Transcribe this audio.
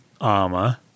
armor